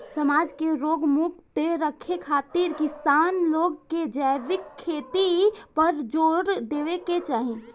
समाज के रोग मुक्त रखे खातिर किसान लोग के जैविक खेती पर जोर देवे के चाही